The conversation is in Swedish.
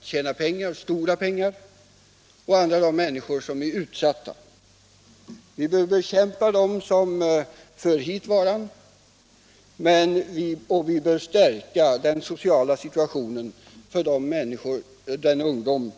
tjänar stora pengar på det hela, och å andra sidan alla de människor som är utsatta. Vi bör bekämpa dem som för hit varan, och vi bör stärka den sociala situationen för den här ungdomen.